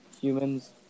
humans